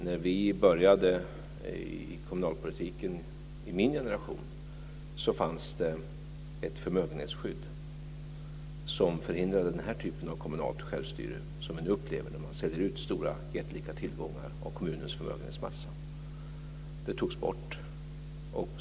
När vi började i kommunalpolitiken i min generation fanns det ett förmögenhetsskydd som förhindrade den typ av kommunalt självstyre som vi nu upplever när man säljer ut jättelika tillgångar av kommunens förmögenhetsmassa. Det togs bort.